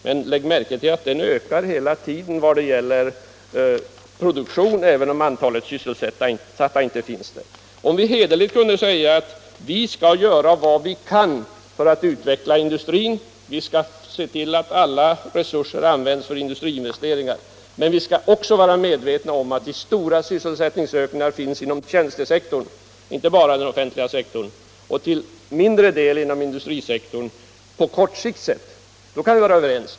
Men lägg märke till att produktionen inom denna sektor ökar, även om antalet sysselsatta inte stiger. Om alla hederligt kunde säga att vi skall göra vad vi kan för att utveckla industrin och se till att alla resurser används för industriinvesteringar men därvid också skall vara medvetna om att den stora sysselsättningsökningen sker inom tjänstesektorn — inte bara på den offentliga sidan — och att sysselsättningsökningen på kort sikt endast till mindre del kommer inom industrisektorn, kunde vi vara överens.